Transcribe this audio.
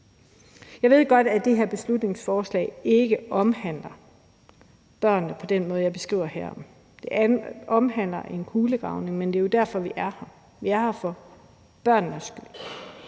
Jeg ved godt, det her beslutningsforslag ikke omhandler børnene på den måde, jeg beskriver her, men det omhandler en kulegravning, og det er jo derfor, vi er her, for vi er her for børnenes skyld.